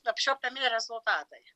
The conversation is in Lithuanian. apčiuopiami rezultatai